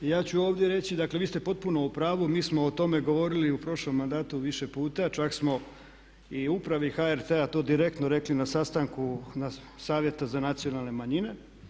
Ja ću ovdje reći, dakle vi ste potpuno u pravu, mi smo o tome govorili i u prošlom mandatu više puta, čak smo i upravi HRT-a to direktno rekli na sastanku Savjeta za nacionalne manjine.